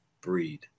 breed